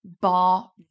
bar